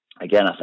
again